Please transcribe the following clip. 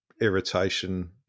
irritation